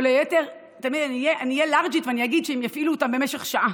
או שאני אהיה לארג'ית ואני אגיד שהם יפעילו אותם במשך שעה.